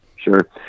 Sure